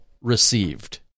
received